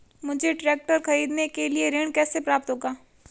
मुझे ट्रैक्टर खरीदने के लिए ऋण कैसे प्राप्त होगा?